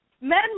men